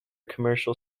commercial